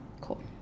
cool